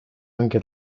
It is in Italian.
anche